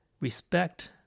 Respect